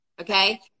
Okay